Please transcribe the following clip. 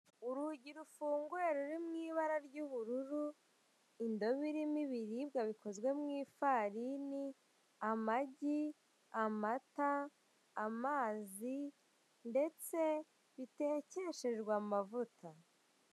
Urugi rufunguye ruri mu ibara ry'ubururu, indobo irimo ibiribwa bikozwe mu ifarini, amagi, amata, amazi ndetse bitekesheshwe amavuta.